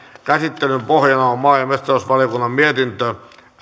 käsittelyn pohjana on maa ja metsätalousvaliokunnan mietintö